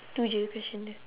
to the question